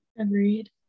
Agreed